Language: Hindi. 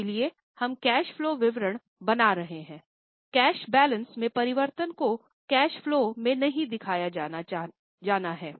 इसलिए हम कैश फलो विवरण बना रहे हैं कैश बैलेंस में परिवर्तन को कैश फलो में नहीं दिखाया जाना है